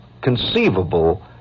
conceivable